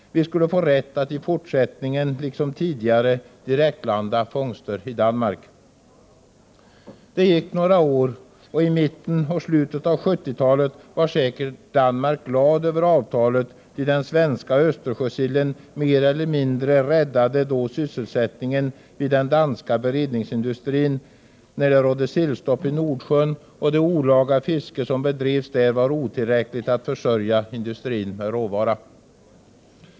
Vi skulle få rätt att i fortsättningen liksom tidigare direktlanda fångster i Danmark. Det gick några år, och i mitten och slutet av 1970-talet var man säkert i Danmark glad över avtalet, ty den svenska Östersjösillen mer eller mindre räddade då sysselsättningen vid den danska beredningsindustrin när det rådde sillstopp i Nordsjön och det olaga fiske som bedrevs där var otillräckligt för att försörja industrin med råvara.